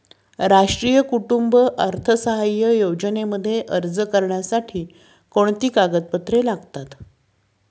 राष्ट्रीय कुटुंब अर्थसहाय्य योजनेमध्ये अर्ज करण्यासाठी कोणती कागदपत्रे लागतात?